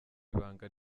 ibanga